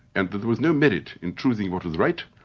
and that there was no merit in choosing what is right,